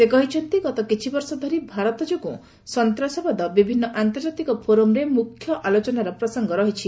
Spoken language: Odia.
ସେ କହିଛନ୍ତି ଗତ କିଛିବର୍ଷ ଧରି ଭାରତ ଯୋଗୁଁ ସନ୍ତାସବାଦ ପ୍ରସଙ୍ଗ ବିଭିନ୍ନ ଆନ୍ତର୍ଜାତିକ ଫୋରମ୍ରେ ମୁଖ୍ୟ ଆଲୋଚନାର ରହିଛି